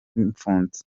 mfunze